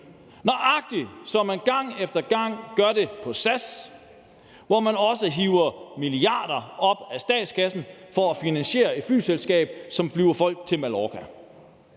nøjagtig det, som man gang efter gang gør i forhold til SAS, hvor man også hiver milliarder op af statskassen for at finansiere et flyselskab, som flyver folk til Mallorca.